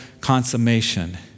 consummation